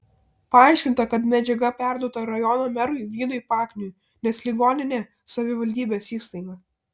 paaiškinta kad medžiaga perduota rajono merui vydui pakniui nes ligoninė savivaldybės įstaiga